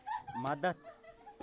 مدتھ